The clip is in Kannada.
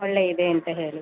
ಒಳ್ಳೆದ್ ಇದೆ ಅಂತ ಹೇಳಿ